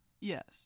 Yes